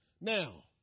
Now